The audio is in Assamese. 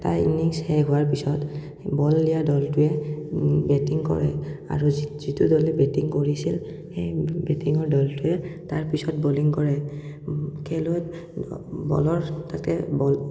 এটা ইন্নিংছ শেষ হোৱাৰ পিছত বল দিয়া দলটোৱে বেটিং কৰে আৰু যিটো দলে বেটিং কৰিছিল সেই বেটিঙৰ দলটোৱে তাৰপিছত বলিং কৰে খেলত বলৰ তাতে বল